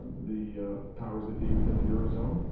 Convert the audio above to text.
the powers that be within the eurozone,